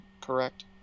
correct